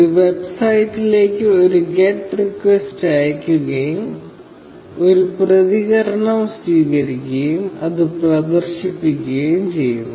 ഇത് വെബ്സൈറ്റിലേക്ക് ഒരു ഗെറ്റ് റിക്വസ്റ്റ് അയയ്ക്കുകയും ഒരു പ്രതികരണം സ്വീകരിക്കുകയും അത് പ്രദർശിപ്പിക്കുകയും ചെയ്യുന്നു